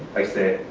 i say.